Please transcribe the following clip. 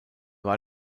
war